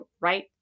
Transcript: right